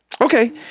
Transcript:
Okay